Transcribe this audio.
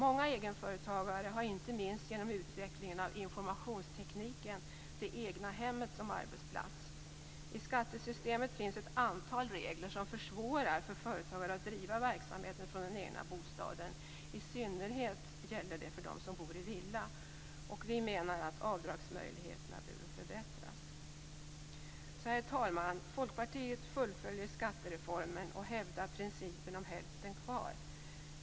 Många egenföretagare har inte minst genom utvecklingen av informationstekniken det egna hemmet som arbetsplats. I skattesystemet finns ett antal regler som försvårar för företagare att driva verksamheten från den egna bostaden, i synnerhet gäller det för dem som bor i villa. Vi menar att avdragsmöjligheterna behöver förbättras. Herr talman! Folkpartiet fullföljer skattereformen och hävdar principen om hälften kvar.